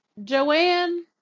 Joanne